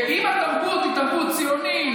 אם התרבות היא תרבות ציונית,